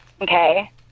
okay